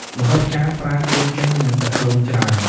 ម្ហូបចាមប្រើគ្រឿងទេស និងទឹកដូងច្រើន។